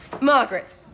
Margaret